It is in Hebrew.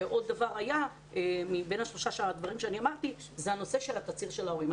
היה עוד דבר בין שלושת הדברים שאמרתי וזה הנושא של התצהיר של ההורים.